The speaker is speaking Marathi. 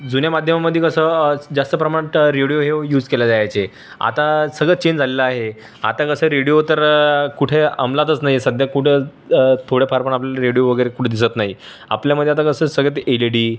जुन्या माध्यमांमध्ये कसं जास्त प्रमाणात रेडिओ हे युज केले जायचे आता सगळं चेंज झालेलं आहे आता कसं रेडिओ तर कुठे अमलातच नाही आहे सध्या कुठं थोडेफार पण आपल्याला रेडीओ वगैरे कुठं दिसत नाही आपल्यामध्ये आता कसं सगळं एल ई डी